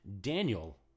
Daniel